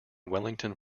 wellington